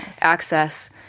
access